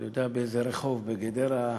אני יודע באיזה רחוב בגדרה,